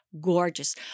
gorgeous